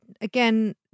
Again